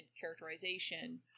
characterization